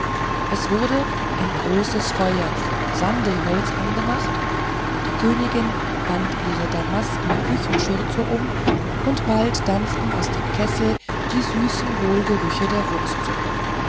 es wurde ein großes feuer von sandelholz angemacht die königin band ihre damastne küchenschürze um und bald dampften aus dem kessel die süßen wohlgerüche der wurstsuppe